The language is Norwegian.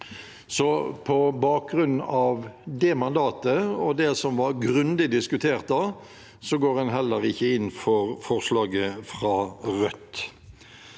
på bakgrunn av det mandatet og det som var grundig diskutert da, går en heller ikke inn for forslaget fra Rødt.